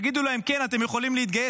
תגידו להם: כן, אתם יכולים להתגייס.